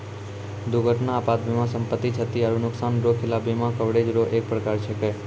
दुर्घटना आपात बीमा सम्पति, क्षति आरो नुकसान रो खिलाफ बीमा कवरेज रो एक परकार छैकै